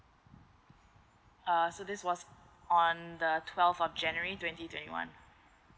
uh so this was on the twelve of january twenty twenty one